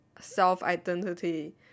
self-identity